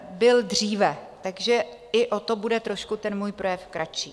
Byl dříve, takže i o to bude trošku ten můj projev kratší.